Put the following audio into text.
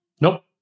Nope